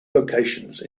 locations